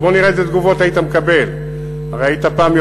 בוא נראה איזה תגובות היית מקבל.